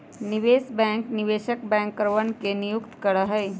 निवेश बैंक निवेश बैंकरवन के नियुक्त करा हई